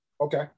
Okay